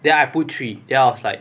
then I put three then I was like